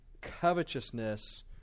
covetousness